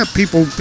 people